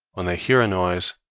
when they hear a noise,